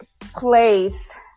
place